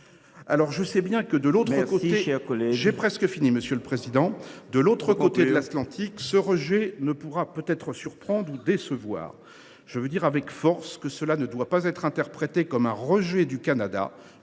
Je sais bien que, de l’autre côté de l’Atlantique, ce rejet pourra surprendre ou décevoir. Je veux dire avec force qu’il ne devra pas être interprété comme un rejet du Canada,